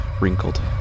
Wrinkled